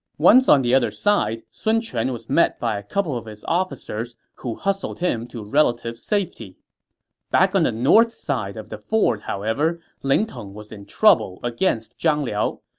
once on the other side, sun quan was met by a couple of his officers, who hustled him to relative safety back on the north side of the ford, however, ling tong was in trouble against zhang liao.